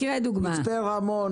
מצפה רמון,